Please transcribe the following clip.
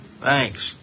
Thanks